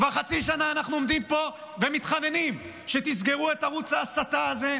כבר חצי שנה אנחנו עומדים פה ומתחננים שתסגרו את ערוץ ההסתה הזה,